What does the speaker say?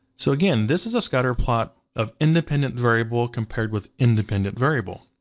so again, this is a scatterplot of independent variable compared with independent variable.